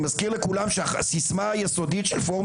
אני מזכיר לכולם שהסיסמה היסודית של פורום